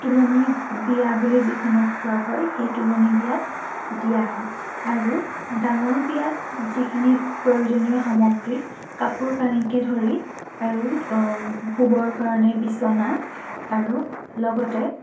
তুলনী বিয়া বুলি যিখনক কোৱা হয় সেই তোলনী বিয়াত দিয়া হয় আৰু ডাঙৰ বিয়াত যিখিনি প্ৰয়োজনীয় সামগ্ৰী কাপোৰ কানিকে ধৰি আৰু শুবৰ কাৰণে বিছনা আৰু লগতে